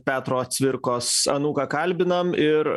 petro cvirkos anūką kalbinam ir